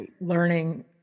learning